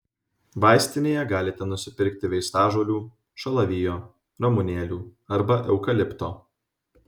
vaistinėje galite nusipirkti vaistažolių šalavijo ramunėlių arba eukalipto